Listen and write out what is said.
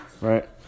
right